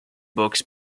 books